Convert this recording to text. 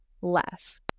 less